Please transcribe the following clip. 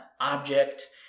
object